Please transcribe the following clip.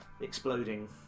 exploding